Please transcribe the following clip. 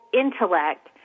intellect